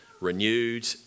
renewed